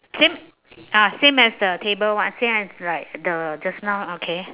same ah same as the table one same as like the just now okay